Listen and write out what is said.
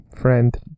friend